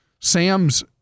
Sam's